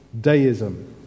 Deism